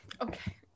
Okay